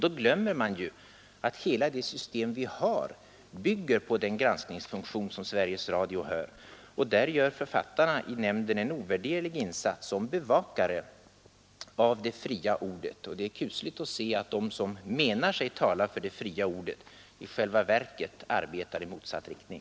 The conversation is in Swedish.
Då glömmer man att hela det nuvarande monopol vi har bygger på den granskningsfunktion som radionämnden har, Där gör författarna i nämnden en ovärderlig insats som bevakare av det fria ordet. Det är trist att se att deras kritiker, som också menar sig tala för det fria ordet, i själva verket arbetar i motsatt riktning.